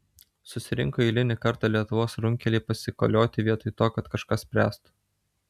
susirinko eilinį kartą lietuvos runkeliai pasikolioti vietoj to kad kažką spręstų